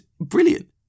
brilliant